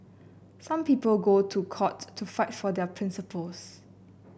some people go to court to fight for their principles